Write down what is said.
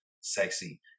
sexy